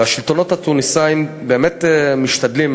והשלטונות התוניסאיים באמת משתדלים,